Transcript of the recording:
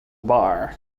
bar